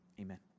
amen